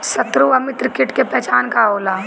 सत्रु व मित्र कीट के पहचान का होला?